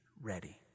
ready